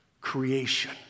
creation